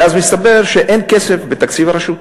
ואז מסתבר שאין כסף בתקציב הרשות,